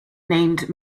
named